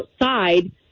outside